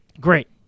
great